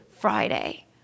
Friday